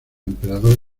emperador